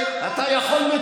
אבל אני לא יכול.